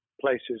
places